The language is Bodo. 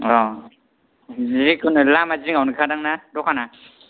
जिखुनु लामा जिङावनोखा दां ना आदाना दखाना